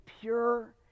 pure